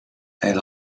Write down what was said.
elle